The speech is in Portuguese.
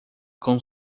com